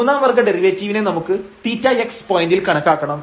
മൂന്നാം വർഗ ഡെറിവേറ്റീവിനെ നമുക്ക് θx പോയന്റിൽ കണക്കാക്കണം